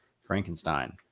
Frankenstein